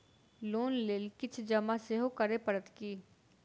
Loan लेल किछ जमा सेहो करै पड़त की?